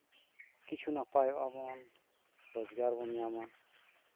ᱠᱤᱪᱷᱩ ᱱᱟᱯᱟᱭᱚᱜᱼᱟ ᱵᱚᱱ ᱨᱳᱡᱽᱜᱟᱨ ᱵᱚᱱ ᱧᱟᱢᱟ